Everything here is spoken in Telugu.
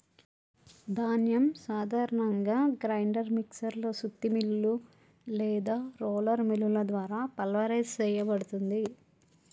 ధాన్యం సాధారణంగా గ్రైండర్ మిక్సర్ లో సుత్తి మిల్లులు లేదా రోలర్ మిల్లుల ద్వారా పల్వరైజ్ సేయబడుతుంది